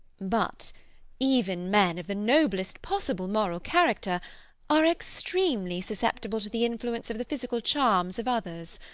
but even men of the noblest possible moral character are extremely susceptible to the influence of the physical charms of others.